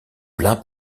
plein